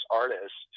artists